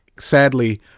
sadly,